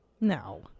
No